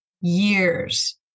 years